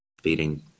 feeding